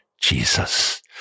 Jesus